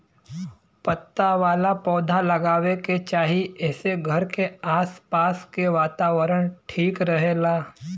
पत्ता वाला पौधा लगावे के चाही एसे घर के आस पास के वातावरण ठीक रहेला